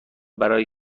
برای